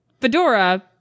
Fedora